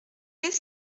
qu’est